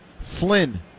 Flynn